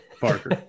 parker